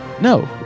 No